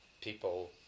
people